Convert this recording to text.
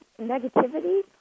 negativity